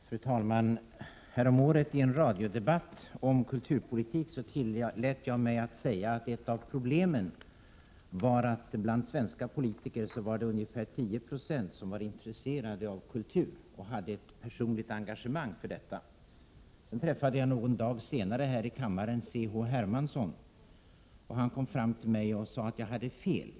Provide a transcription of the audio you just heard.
Fru talman! Häromåret i en radiodebatt om kulturpolitik tillät jag mig att säga att ett av problemen var att av svenska politiker bara ungefär 10 96 var intresserade av kultur och hade ett personligt engagemang för denna. Någon 3 Prot. 1987/88:105 dag senare träffade jag här i kammaren C.-H. Hermansson, som kom fram till mig och sade att jag hade fel.